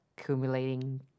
accumulating